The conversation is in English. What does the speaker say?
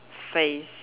face